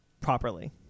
properly